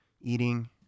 eating